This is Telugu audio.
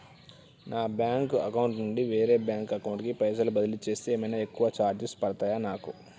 నా బ్యాంక్ అకౌంట్ నుండి వేరే బ్యాంక్ అకౌంట్ కి పైసల్ బదిలీ చేస్తే ఏమైనా ఎక్కువ చార్జెస్ పడ్తయా నాకు?